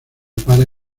para